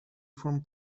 from